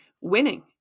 winning